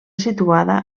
situada